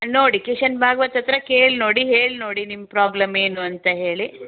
ನೋಡಿ ಕಿಶನ್ ಭಾಗ್ವತ್ ಹತ್ತಿರ ಕೇಳ್ನೋಡಿ ಹೇಳ್ನೋಡಿ ನಿಮ್ಮ ಪ್ರಾಬ್ಲಮ್ ಏನು ಅಂತ ಹೇಳಿ